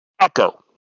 Echo